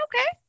okay